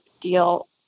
deal